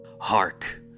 Hark